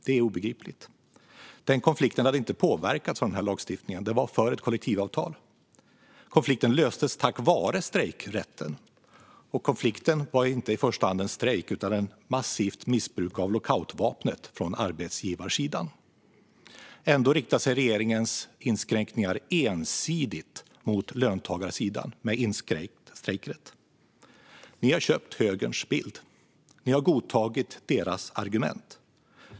Det är obegripligt. Den konflikten hade inte påverkats av denna lagstiftning, eftersom den handlade om ett kollektivavtal. Konflikten löstes tack vare strejkrätten. Och konflikten var inte i första hand en strejk utan ett massivt missbruk av lockoutvapnet från arbetsgivarsidan. Ändå riktar sig regeringens inskränkningar ensidigt mot löntagarsidan, med inskränkt strejkrätt. Ni har köpt högerns bild. Ni har godtagit deras argument.